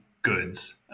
goods